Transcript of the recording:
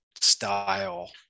style